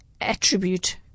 attribute